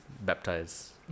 baptize